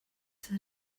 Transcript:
sydd